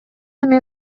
эми